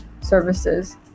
services